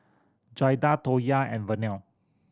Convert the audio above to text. Jaida Toya and Vernelle